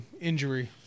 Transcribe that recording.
injury